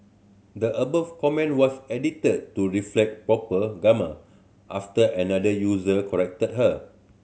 the above comment was edited to reflect proper grammar after another user corrected her